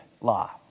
law